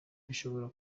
bishobora